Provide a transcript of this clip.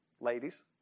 Ladies